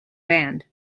band